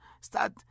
start